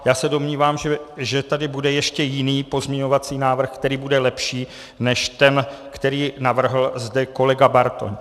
Já se domnívám, že tady bude ještě jiný pozměňovací návrh, který bude lepší než ten, který navrhl zde kolega Bartoň.